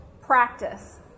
practice